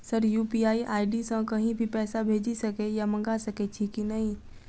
Sir UPI ID सँ कहि भी पैसा भेजि सकै या मंगा सकै छी की न ई?